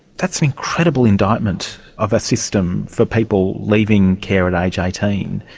that's an incredible indictment of a system for people leaving care at age eighteen,